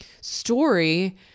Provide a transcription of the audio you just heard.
story